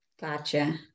Gotcha